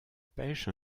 pêche